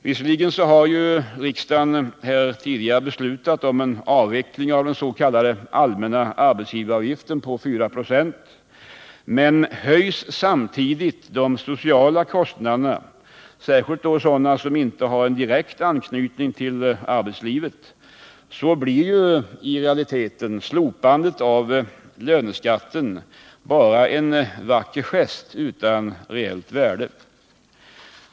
Visserligen har riksdagen tidigare beslutat om en avveckling av den s.k. allmänna arbetsgivaravgiften på 4 926, men höjs samtidigt de sociala kostnaderna, särskilt då sådana som inte har direkt anknytning till arbetslivet, blir slopandet av löneskatten i realiteten bara en vacker gest utan reellt värde.